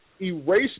erase